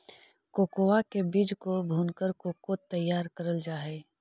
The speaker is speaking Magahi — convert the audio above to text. कोकोआ के बीज को भूनकर कोको तैयार करल जा हई